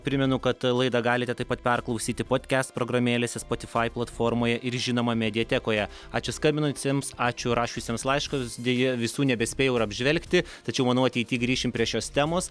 primenu kad laidą galite taip pat perklausyti potkest programėlėse spotifai platformoje ir žinoma mediatekoje ačiū skambinusiems ačiū rašiusiems laiškus deja visų nebespėjau ir apžvelgti tačiau manau ateity grįšim prie šios temos